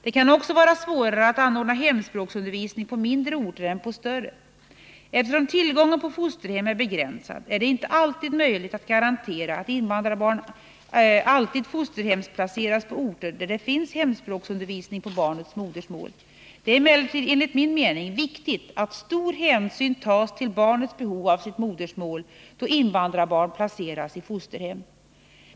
Det kan också vara svårare att anordna hemspråksundervisning på mindre orter än på större. Eftersom tillgången på fosterhem är begränsad är det inte möjligt att garantera att invandrarbarn alltid fosterhemsplaceras på orter, där det finns hemspråksundervisning på barnets modersmål. Det är emellertid, enligt min mening, viktigt att stor hänsyn tas till barnets behov av sitt modersmål då invandrarbarn placeras i fosterhem.